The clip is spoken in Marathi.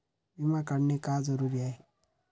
विमा काढणे का जरुरी आहे?